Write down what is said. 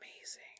amazing